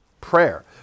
prayer